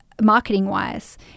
marketing-wise